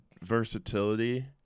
versatility